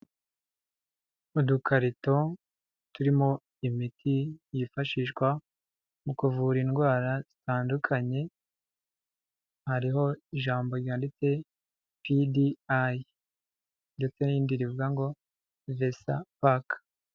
Udukarito turimo imiti yifashishwa mu kuvura indwara zitandukanye, hariho ijambo ryanditse PDI ndetse n'indi rivuga ngo Versa- Pac.